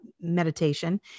meditation